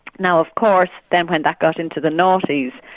now of course, then when that got into the noughties,